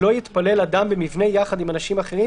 (א) לא יתפלל אדם במבנה יחד עם אנשים אחרים,